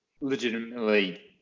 legitimately